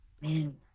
Man